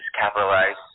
capitalize